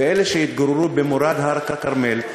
ואלה שהתגוררו במורד הר-הכרמל.